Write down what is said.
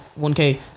1k